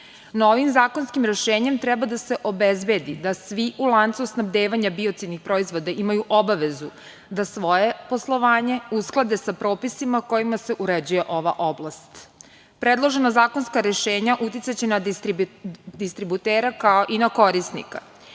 Novim zakonskim rešenjem treba da se obezbedi da svi u lancu snabdevanja biocidnih proizvoda imaju obavezu da svoje poslovanje usklade sa propisima kojima se uređuje ova oblast. Predložena zakonska rešenja uticaće na distributera kao i na korisnika.